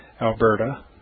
Alberta